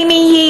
האם היא יעילה,